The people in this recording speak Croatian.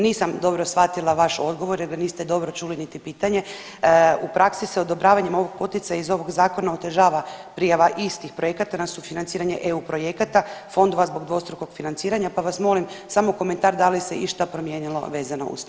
Nisam dobro shvatila vaš odgovor ili niste dobro čuli niti pitanje, u praksi sa odobravanjem ovog poticaja iz ovog Zakona otežava prijava istih projekata na sufinanciranje EU projekata, fondova zbog dvostrukog financiranja, pa vas molim samo komentar da li se išta promijenilo vezano uz to.